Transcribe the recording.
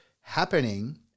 happening